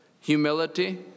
humility